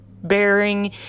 bearing